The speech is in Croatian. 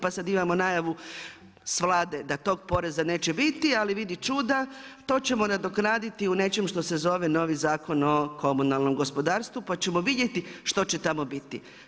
Pa sad imamo najavu s Vlade, da tog poreza neće biti, ali vidi čuda, to ćemo nadoknaditi, u nečemu što se zove novi zakon o komunalnom gospodarstvu, pa ćemo vidjeti što će tamo biti.